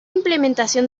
implementación